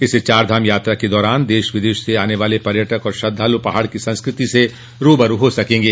इससे चारधाम यात्रा के दौरान देश विदेश से आने वाले पर्यटक और श्रद्वालु पहाड़ की संस्कृति से रूबरू हो सकेंगे